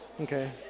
Okay